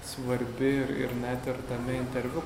svarbi ir ir net ir tame interviu